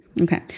Okay